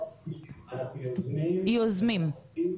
--- גיורא ואלה: אנחנו יוזמים הכשרות עובדים,